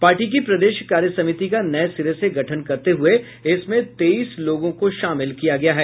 party की प्रदेश कार्य समिति का नये सिरे से गठन करते हुए इसमें तेईस लोगों को शामिल किया गया है